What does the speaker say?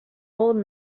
old